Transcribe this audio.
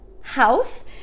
house